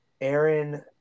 Aaron